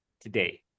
today